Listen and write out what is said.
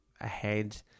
ahead